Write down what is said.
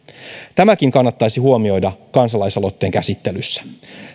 tämäkin kannattaisi huomioida kansalaisaloitteen käsittelyssä